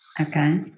Okay